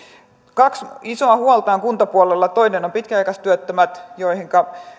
kaksi isoa huolta on kuntapuolella toinen on pitkäaikaistyöttömät joista